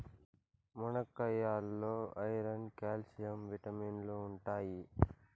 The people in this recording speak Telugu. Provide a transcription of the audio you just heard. మునక్కాయాల్లో ఐరన్, క్యాల్షియం విటమిన్లు ఉంటాయి